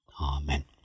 Amen